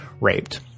raped